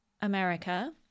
America